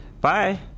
Bye